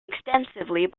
extensively